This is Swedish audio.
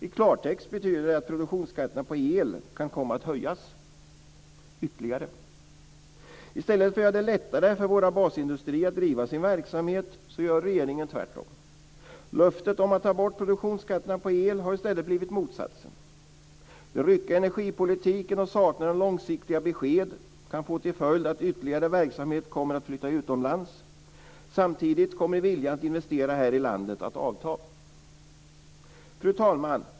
I klartext betyder det att produktionsskatterna på el kan komma att höjas ytterligare. I stället för att göra det lättare för våra basindustrier att driva sin verksamhet gör regeringen tvärtom. Löftet om att ta bort produktionsskatterna på el har i stället blivit motsatsen. Den ryckiga energipolitiken och avsaknaden av långsiktiga besked kan få till följd att ytterligare verksamhet kommer att flytta utomlands. Samtidigt kommer viljan att investera här i landet att avta. Fru talman!